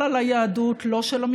כשעושים קורות תקלות,